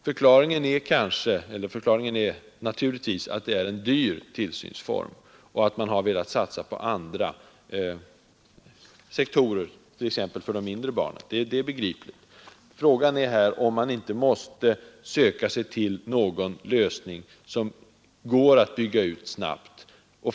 Förklaringen är givetvis att det är en dyr tillsynsform och att man velat satsa på annat, t.ex. de mindre barnen. Det är begripligt. Frågan är om man inte måste söka sig till någon form, som går att bygga ut snabbt.